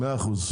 מאה אחוז.